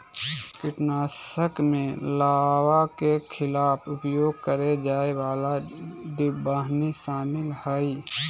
कीटनाशक में लार्वा के खिलाफ उपयोग करेय जाय वाला डिंबवाहिनी शामिल हइ